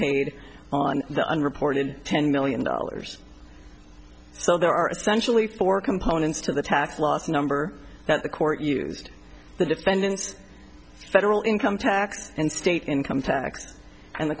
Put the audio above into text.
made on the unreported ten million dollars so there are essentially four components to the tax loss number that the court used the defendant's federal income tax and state income tax and the